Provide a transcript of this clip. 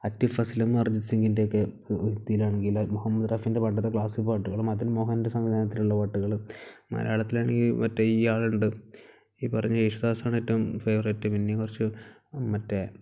ആതിഫ് അസ്ലം അർജിത് സിംഗിൻ്റെയൊക്കെ വരിതിയിലാണെങ്കിൽ മുഹമ്മദ് റാഫിൻ്റെ പണ്ടത്തെ ക്ലാസിക് പാട്ടുകൾ മദൻ മോഹൻ്റെ സംവിധാനത്തിലുള്ള പാട്ടുകൾ മലയാളത്തിലാണെങ്കിൽ മറ്റേ ഇയാളുണ്ട് ഈ പറഞ്ഞ യേശുദാസാണ് ഏറ്റവും ഫേവറേറ്റ് പിന്നെ കുറച്ചു മറ്റേ